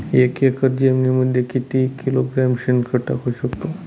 एक एकर जमिनीमध्ये मी किती किलोग्रॅम शेणखत टाकू शकतो?